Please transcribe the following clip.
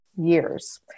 years